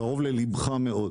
קרוב לליבך מאוד